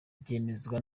byemezwa